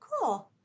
Cool